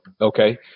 Okay